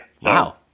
Wow